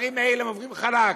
הדברים האלה עוברים חלק,